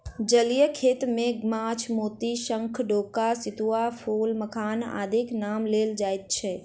जलीय खेती मे माछ, मोती, शंख, डोका, सितुआ, फूल, मखान आदिक नाम लेल जाइत छै